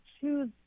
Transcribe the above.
choose